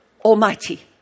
Almighty